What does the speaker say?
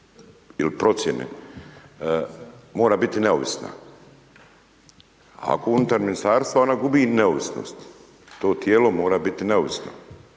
il procjene, mora biti neovisna. Ako je unutar ministarstva ona gubi neovisnost, to tijelo mora biti neovisno,